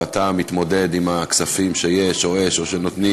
ואתה מתמודד עם הכספים שיש או אין או שנותנים